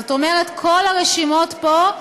זאת אומרת, כל הרשימות פה,